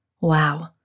Wow